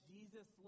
Jesus